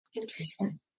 Interesting